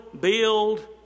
build